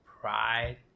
pride